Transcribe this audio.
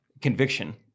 conviction